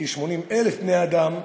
כ-80,000 בני-אדם,